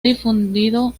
difundido